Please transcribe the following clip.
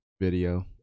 video